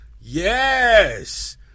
Yes